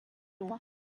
loi